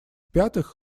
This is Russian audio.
пятых